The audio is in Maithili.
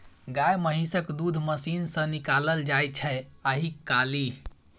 गाए महिषक दूध मशीन सँ निकालल जाइ छै आइ काल्हि